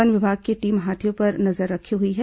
one विभाग की team हाथियों पर नजर रखी हुई है